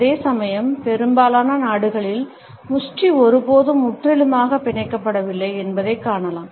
அதேசமயம் பெரும்பாலான நாடுகளில் முஷ்டி ஒருபோதும் முற்றிலுமாக பிணைக்கப்படவில்லை என்பதைக் காணலாம்